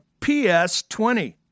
PS20